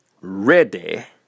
ready